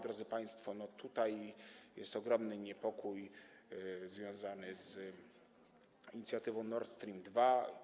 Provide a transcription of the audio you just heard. Drodzy państwo, tutaj jest ogromny niepokój związany z inicjatywą Nord Stream 2.